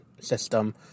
system